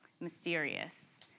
mysterious